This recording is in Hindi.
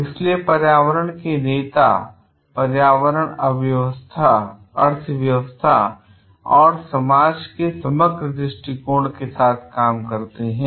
इसलिए पर्यावरण के नेता पर्यावरण अर्थव्यवस्था और समाज के समग्र दृष्टिकोण के साथ काम करते हैं